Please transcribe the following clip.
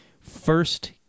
first